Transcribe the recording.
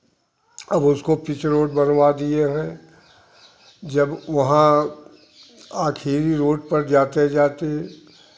अब उसको pitch road बनवा दिए हैं जब वहाँ आखिरी रोड पर जाते जाते